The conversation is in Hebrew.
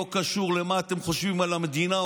זה לא קשור למה אתם חושבים על המדינה,